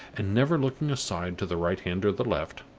and never looking aside to the right hand or the left,